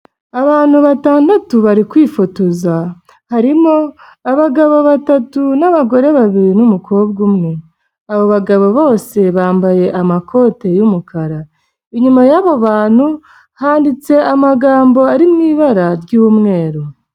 Abantu batandatu bari kwifotoza, harimo abagabo batatu n'abagore babiri n'umukobwa umwe, abo bagabo bose bambaye amakote y'umukara, inyuma y'abo bantu handitse amagambo ari mu ibara ry'umweru.